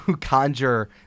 conjure